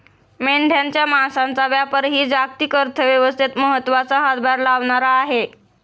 मेंढ्यांच्या मांसाचा व्यापारही जागतिक अर्थव्यवस्थेत महत्त्वाचा हातभार लावणारा आहे